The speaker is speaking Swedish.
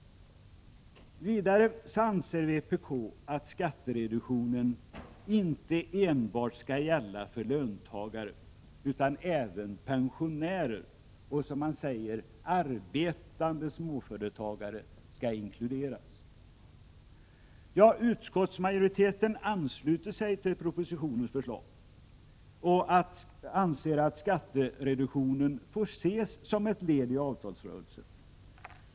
Vidare anser vpk att skattereduktioneniinte enbart skall gälla för löntagare, utan även pensionärer och, som man säger, arbetande småföretagare skall inkluderas. Utskottsmajoriteten har anslutit sig till propositionens förslag och anser att skattereduktionen får ses som ett led i avtalsrörelsen.